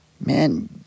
man